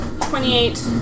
twenty-eight